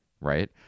right